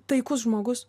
taikus žmogus